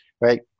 right